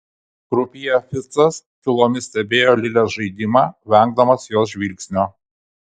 krupjė ficas tylomis stebėjo lilės žaidimą vengdamas jos žvilgsnio